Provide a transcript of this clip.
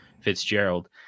Fitzgerald